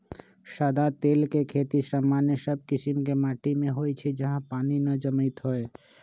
सदा तेल के खेती सामान्य सब कीशिम के माटि में होइ छइ जहा पानी न जमैत होय